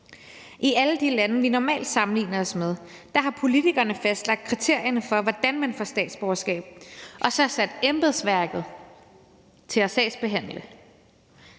I alle de lande, vi normalt sammenligner os med, har politikerne fastlagt kriterierne for, hvordan man får statsborgerskab, og så sat embedsværket til at sagsbehandle.